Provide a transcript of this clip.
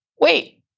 Wait